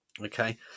Okay